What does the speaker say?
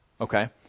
Okay